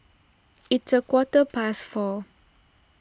its a quarter past four